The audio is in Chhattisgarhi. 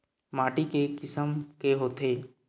माटी के किसम के होथे?